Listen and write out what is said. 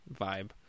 vibe